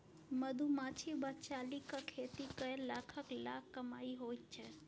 मधुमाछी वा चालीक खेती कए लाखक लाख कमाई होइत छै